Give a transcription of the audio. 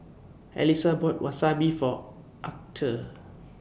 Alisa bought Wasabi For Archer